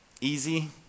easy